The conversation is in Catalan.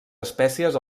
espècies